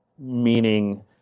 meaning